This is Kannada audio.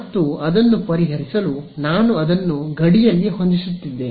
ಮತ್ತು ಅದನ್ನು ಪರಿಹರಿಸಲು ನಾನು ಅದನ್ನು ಗಡಿಯಲ್ಲಿ ಹೊಂದಿಸುತ್ತಿದ್ದೇನೆ